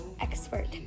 expert